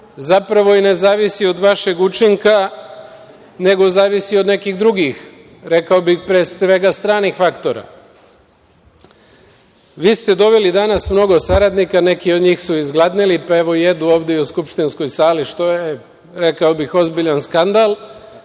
zapravo i ne zavisi od vašeg učinka, nego zavisi od nekih drugih, rekao bih pre svega, stranih faktora. Vi ste doveli danas mnogo saradnika, neki od njih su izgladneli, pa evo jedu ovde u skupštinskoj sali, što je, rekao bih, ozbiljan skandal.